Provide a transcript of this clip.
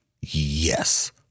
Yes